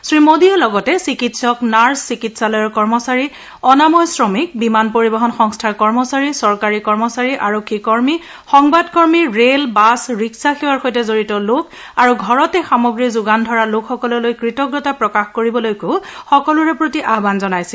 শ্ৰীমোদীয়ে লগতে চিকিৎসক নাৰ্ছ চিকিৎসালয়ৰ কৰ্মচাৰী অনাময় শ্ৰমিক বিমান পৰিবহণ সংস্থাৰ কৰ্মচাৰী চৰকাৰী কৰ্মচাৰী আৰক্ষী কৰ্মী সংবাদ কৰ্মী ৰেল বাছ ৰিক্সা সেৱাৰ সৈতে জড়িত লোক আৰু ঘৰতে সামগ্ৰী যোগান ধৰা লোকসকললৈ কৃতজ্ঞতা প্ৰকাশ কৰিবলৈ সকলোৰে প্ৰতি আহবান জনাইছিল